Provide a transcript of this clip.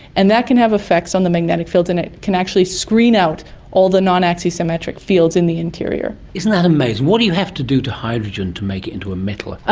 and that can have effects on the magnetic fields and it can actually screen out all the non-axisymmetric fields in the interior. isn't that amazing! what do you have to do to hydrogen to make it into a metal? ah